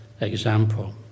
example